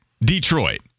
Detroit